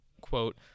quote